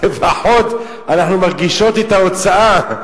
לפחות אנחנו מרגישות את ההוצאה.